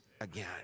again